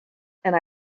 and